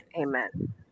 Amen